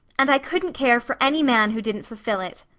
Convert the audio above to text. and i couldn't care for any man who didn't fulfill it.